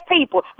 people